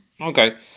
Okay